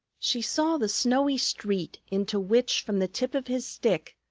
she saw the snowy street, into which, from the tip of his stick,